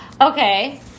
Okay